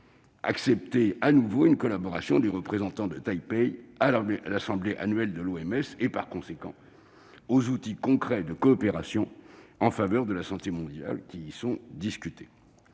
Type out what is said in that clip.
accepter à nouveau une collaboration des représentants de Taipei à l'Assemblée annuelle de l'OMS et, par conséquent, aux outils concrets de coopération en faveur de la santé mondiale qui y sont discutés.